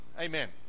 Amen